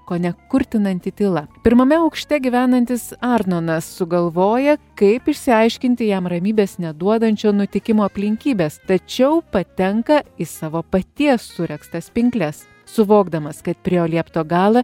kone kurtinanti tyla pirmame aukšte gyvenantis arnonas sugalvoja kaip išsiaiškinti jam ramybės neduodančio nutikimo aplinkybes tačiau patenka į savo paties suregztas pinkles suvokdamas kad priėjo liepto galą